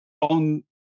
on